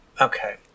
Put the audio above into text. Okay